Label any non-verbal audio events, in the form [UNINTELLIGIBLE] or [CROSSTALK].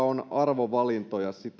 [UNINTELLIGIBLE] on arvovalintoja